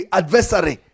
adversary